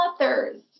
authors